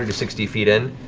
and sixty feet in.